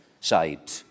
side